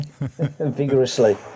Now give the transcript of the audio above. Vigorously